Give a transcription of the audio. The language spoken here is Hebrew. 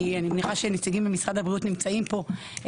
אני מניחה שנציגים ממשרד הבריאות נמצאים פה,